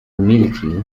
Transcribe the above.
umilkli